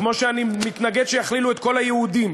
כמו שאני מתנגד שיכלילו את כל היהודים,